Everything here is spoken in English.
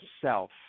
self